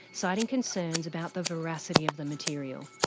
citing concerns about the veracity of the material.